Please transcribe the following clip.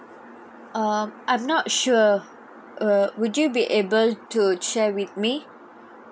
um I'm not sure err would you be able to share with me